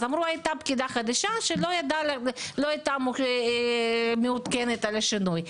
אמרו: הייתה פקידה חדשה שלא הייתה מעודכנת בשינוי.